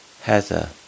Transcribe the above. heather